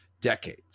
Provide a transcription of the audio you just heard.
decades